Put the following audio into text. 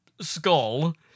skull